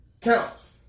counts